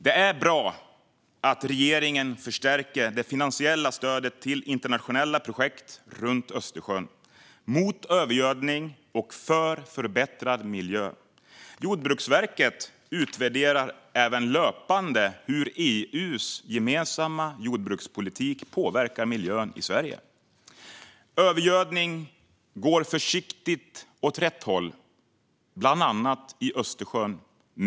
Det är bra att regeringen förstärker det finansiella stödet till internationella projekt runt Östersjön mot övergödning och för förbättrad miljö. Jordbruksverket utvärderar även löpande hur EU:s gemensamma jordbrukspolitik påverkar miljön i Sverige. Utvecklingen med övergödning går försiktigt åt rätt håll, bland annat i Östersjön.